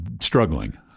struggling